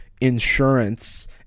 insurance